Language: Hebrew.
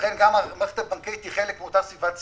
לכן גם המערכת הבנקאית היא חלק מאותה סביבת סיכון.